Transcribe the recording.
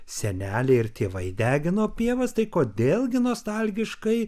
seneliai ir tėvai degino pievas tai kodėl gi nostalgiškai